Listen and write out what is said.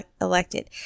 elected